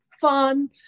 fun